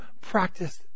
practice